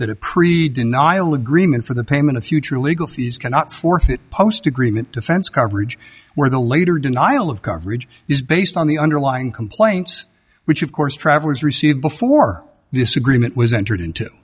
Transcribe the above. that a pre dinner nial agreement for the payment of future legal fees cannot forfeit post agreement defense coverage where the later denial of coverage is based on the underlying complaints which of course travellers received before this agreement was entered into